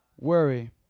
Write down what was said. worry